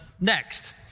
next